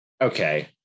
Okay